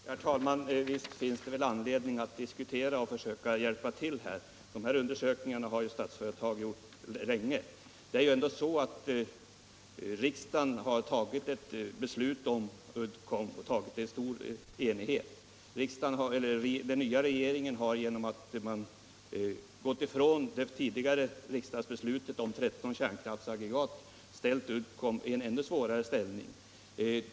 Herr talman! Visst finns det anledning att diskutera och försöka hjälpa till här. De nämnda undersökningarna har Statsföretag arbetat med länge. Riksdagen har ändå i stor enighet tagit ett beslut om Uddcomb. Den nya regeringen har, genom att man gått ifrån det tidigare riksdagsbeslutet om 13 kärnkraftsaggregat, ställt Uddcomb i en ännu svårare ställning.